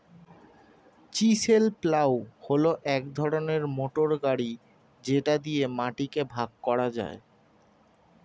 chisel plough হল এক ধরনের মোটর গাড়ি যেটা দিয়ে মাটিকে ভাগ করা যায়